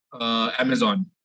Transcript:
Amazon